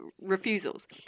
refusals